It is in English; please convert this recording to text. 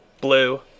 blue